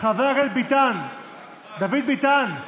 חבר הכנסת דוד ביטן.